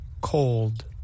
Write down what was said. Cold